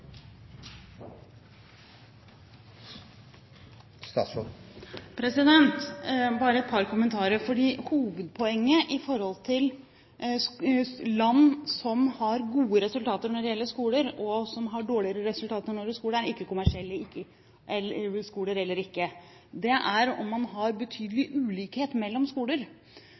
historien. Bare et par kommentarer. Hovedpoenget med hensyn til land som har gode resultater når det gjelder skole, og land som har dårligere resultater når det gjelder skole, er ikke om de er kommersielle eller ikke, det er om det er betydelige ulikheter mellom skolene. Jeg har